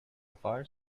far